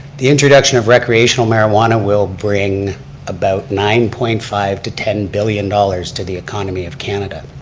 the introduction of recreational marijuana will bring about nine point five to ten billion dollars to the economy of canada,